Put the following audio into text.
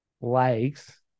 likes